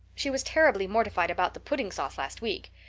she was terribly mortified about the pudding sauce last week.